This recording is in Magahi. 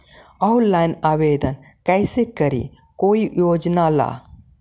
ऑनलाइन आवेदन कैसे करी कोई योजना ला?